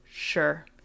sure